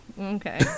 Okay